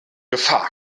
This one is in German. gefahr